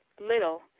little